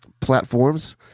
platforms